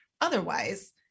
otherwise